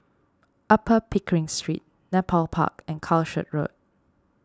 Upper Pickering Street Nepal Park and Calshot Road